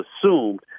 assumed